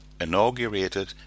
inaugurated